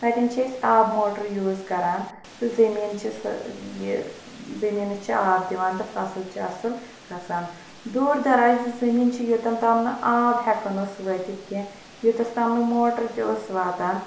تَتٮ۪ن چھِ أسۍ آبہٕ موٹَر یوٗز کَران تہٕ زمیٖن چھِس یہِ زمیٖنَس چھِ آب دِوان تہٕ فَصٕل چھِ اَصٕل کھسان دوٗر دَراز یُس زمیٖن چھِ یوٚتَن تام نہٕ آب ہٮ۪کَن اوس وٲتِتھ کیٚنٛہہ یوٚتَس تام نہٕ موٹَر تہِ اوس واتان